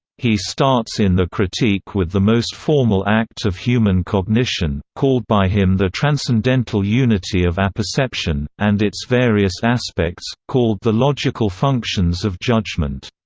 he starts in the critique with the most formal act of human cognition, called by him the transcendental unity of apperception, and its various aspects, called the logical functions of judgment.